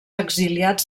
exiliats